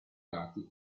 lati